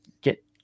Get